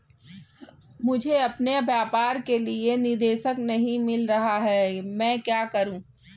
मुझे अपने व्यापार के लिए निदेशक नहीं मिल रहा है मैं क्या करूं?